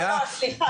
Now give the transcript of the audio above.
מנחת מטוסים,